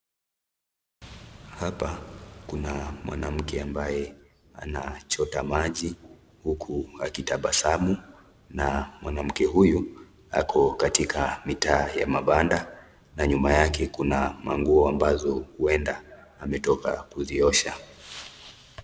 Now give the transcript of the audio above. Hapa kuna mwanamke ambaye anachota maji huku akitabasamu na mwanamke huyu ako katika mitaa ya mabanda na nyuma yake kuna manguo ambazo huenda ametoka kuziosha.